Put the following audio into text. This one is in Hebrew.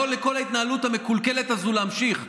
לכל ההתנהלות המקולקלת הזו להמשיך.